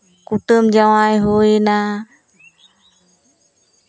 ᱠᱩᱴᱟᱹᱢ ᱡᱟᱶᱟᱭ ᱦᱩᱭᱮᱱᱟ